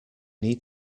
need